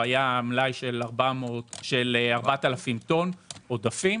היה מלאי של 4,000 טון עודפים